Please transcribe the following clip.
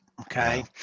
Okay